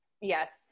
Yes